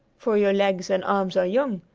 for you legs and arms are young,